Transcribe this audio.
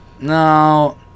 No